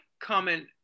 comment